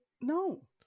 No